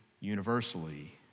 universally